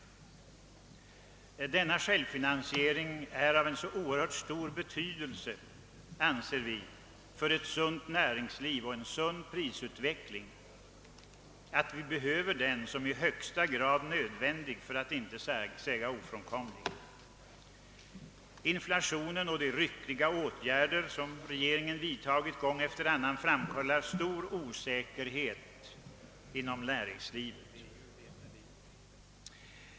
Denna självfinansiering är enligt vår mening av en så oerhört stor betydelse för ett sunt näringsliv och en sund prisutveckling att vi bedömer den som i högsta grad nödvändig för att inte säga ofrånkomlig. Inflationen och de ryckiga åtgärder som regeringen vidtagit gång efter annan framkallar stor osäkerhet inom näringslivet.